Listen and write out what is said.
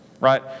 right